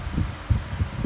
um